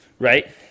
right